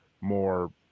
more